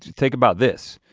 think about this.